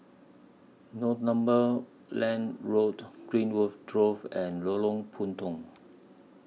Northumberland Road Greenwood Grove and Lorong Puntong